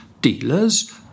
Dealers